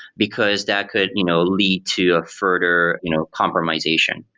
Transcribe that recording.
because that could you know lead to a further you know compromization.